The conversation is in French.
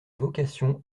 vocation